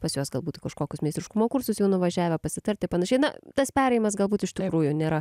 pas juos galbūt į kažkokius meistriškumo kursus jau nuvažiavę pasitarti panašiai na tas perėjimas galbūt iš tikrųjų nėra